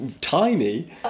tiny